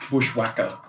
Bushwhacker